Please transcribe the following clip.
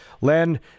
len